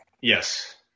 Yes